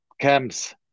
camps